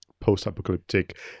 post-apocalyptic